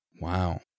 Wow